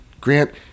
Grant